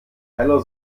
heller